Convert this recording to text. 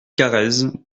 carrez